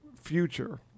future